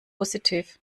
positiv